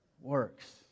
works